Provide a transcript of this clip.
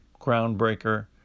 groundbreaker